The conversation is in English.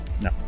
No